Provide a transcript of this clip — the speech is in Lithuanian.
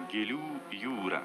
gėlių jūra